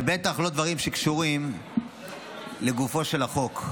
ובטח לא על דברים שקשורים לגופו של החוק.